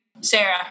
Sarah